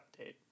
update